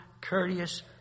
courteous